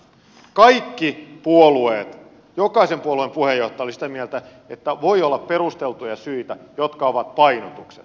kaikki puolueet jokaisen puolueen puheenjohtaja olivat sitä mieltä että voi olla perusteltuja syitä joita ovat painotukset